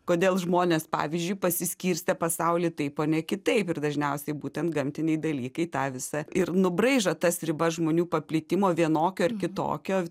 kodėl žmonės pavyzdžiui pasiskirstę pasaulyje taip o ne kitaip ir dažniausiai būtent gamtiniai dalykai tą visa ir nubraižo tas ribas žmonių paplitimo vienokio ar kitokio